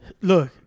look